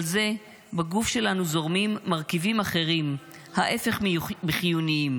זה בגוף שלנו זורמים מרכיבים אחרים ההפך מחיוניים